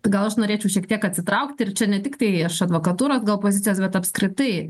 gal aš norėčiau šiek tiek atsitraukt ir čia ne tiktai aš advokatūros gal pozicijos bet apskritai